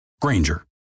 Granger